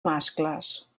mascles